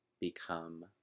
become